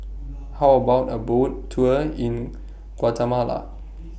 How about A Boat Tour in Guatemala